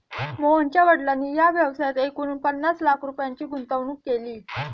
मोहनच्या वडिलांनी या व्यवसायात एकूण पन्नास लाख रुपयांची गुंतवणूक केली